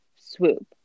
swoop